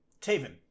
Taven